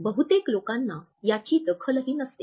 बहुतेक लोकांना याची दखलही नसते